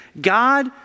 God